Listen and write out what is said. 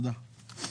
תודה.